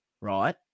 right